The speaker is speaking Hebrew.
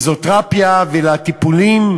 והפיזיותרפיה והטיפולים